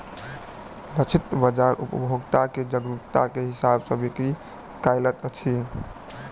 लक्षित बाजार उपभोक्ता के जरुरत के हिसाब सॅ बिक्री करैत अछि